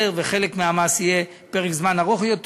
ולחלק מהמס יהיה פרק זמן ארוך יותר.